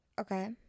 Okay